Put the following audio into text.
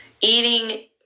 eating